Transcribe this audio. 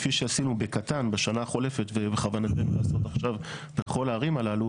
כפי שעשינו בקטן בשנה החולפת ובכוונתנו לעשות עכשיו בכל הערים הללו,